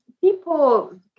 people